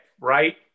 right